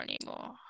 anymore